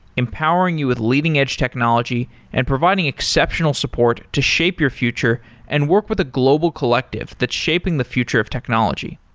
empowering you with leading edge technology and providing exceptional support to shape your future and work with a global collective that's shaping the future of technology.